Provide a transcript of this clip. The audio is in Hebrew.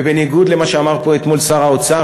ובניגוד למה שאמר פה אתמול שר האוצר,